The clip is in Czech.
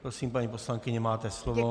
Prosím, paní poslankyně, máte slovo.